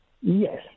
Yes